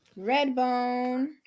Redbone